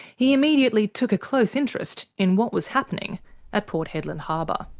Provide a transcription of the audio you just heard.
he immediately took a close interest in what was happening at port hedland harbour.